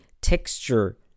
texture